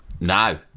No